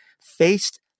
faced